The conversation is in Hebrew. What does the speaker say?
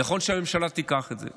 נכון שהממשלה תיקח את זה.